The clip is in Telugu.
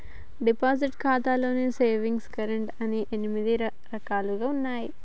డిపాజిట్ ఖాతాలో సేవింగ్స్ కరెంట్ అని ఎనిమిది రకాలుగా ఉన్నయి